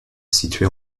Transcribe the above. situé